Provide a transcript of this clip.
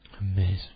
Amazing